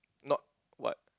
not what